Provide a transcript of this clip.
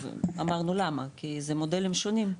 אמרנו למה, כי זה מודלים שונים.